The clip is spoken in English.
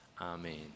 Amen